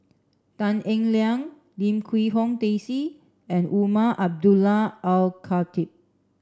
Tan Eng Liang Lim Quee Hong Daisy and Umar Abdullah Al Khatib